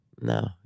No